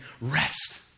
rest